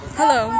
Hello